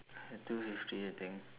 uh two fifty I think